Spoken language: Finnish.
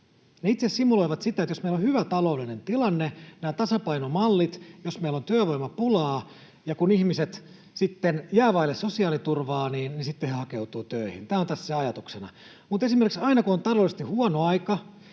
Ne itse simuloivat sitä, jos meillä on hyvä taloudellinen tilanne, nämä tasapainomallit, jos meillä on työvoimapulaa, niin kun ihmiset sitten jäävät vaille sosiaaliturvaa, sitten he hakeutuvat töihin. Tämä on tässä ajatuksena. Mutta esimerkiksi aina, kun on taloudellisesti huono aika,